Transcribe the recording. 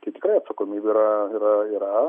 tai tikrai atsakomybė yra yra yra